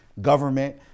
government